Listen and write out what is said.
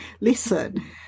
listen